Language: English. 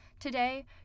Today